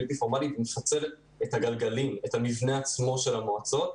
הבלתי פורמלי ומפצל את המבנה של המועצות.